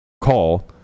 call